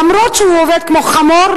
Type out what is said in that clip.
אף-על-פי שהוא עובד כמו חמור,